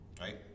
right